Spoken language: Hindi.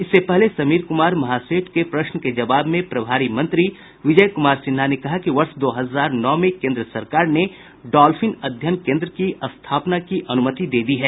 इससे पहले समीर कुमार महासेठ के प्रश्न के जवाब में प्रभारी मंत्री विजय कुमार सिन्हा ने कहा कि वर्ष दो हजार नौ में केंद्र सरकार ने डॉल्फिन अध्ययन केन्द्र की स्थापना की अनुमति दे दी है